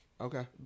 Okay